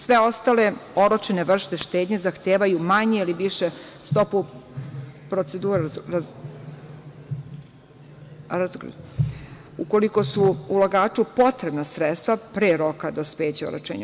Sve ostale oročene vrste štednje zahtevaju manje ili više proceduru, ukoliko su ulagaču potrebna sredstva pre roka dospeća oročenja.